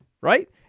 right